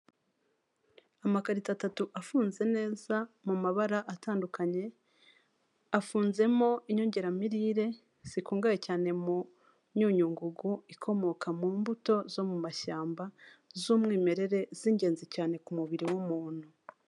Amakarito atatu afunze neza mu mabara atandukanye, afunzemo inyongeramirire zikungahaye cyane mu myunyu ngugu ikomoka mu mbuto zo mu mashyamba, z'umwimerere, z'ingenzi cyane ku mubiri w'umuntu.